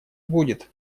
будет